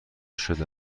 شده